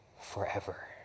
forever